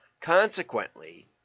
consequently